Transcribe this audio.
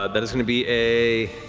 ah that is going to be a